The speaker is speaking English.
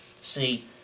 See